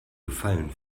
gefallen